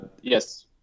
Yes